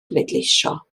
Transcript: bleidleisio